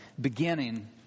beginning